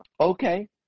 okay